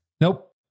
Nope